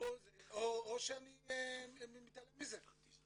או שאני מתעלם מזה.